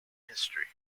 history